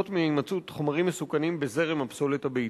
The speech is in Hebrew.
הנובעות מהימצאות חומרים מסוכנים בזרם הפסולת הביתית.